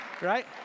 right